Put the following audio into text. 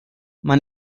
man